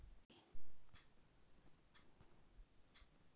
आज मौसम के जानकारी का हई?